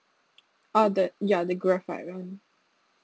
uh the ya the graphite [one]